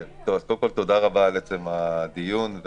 רבה על עצם הדיון.